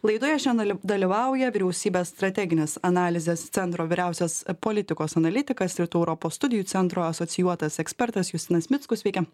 laidoje šian dal dalyvauja vyriausybės strateginės analizės centro vyriausias politikos analitikas rytų europos studijų centro asocijuotas ekspertas justinas mickus sveiki